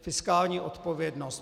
Fiskální odpovědnost.